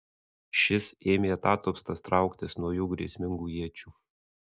šis ėmė atatupstas trauktis nuo jų grėsmingų iečių